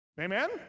Amen